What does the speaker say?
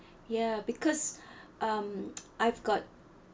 ya because um I've got